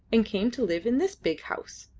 and came to live in this big house.